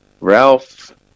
Ralph